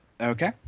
Okay